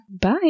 Bye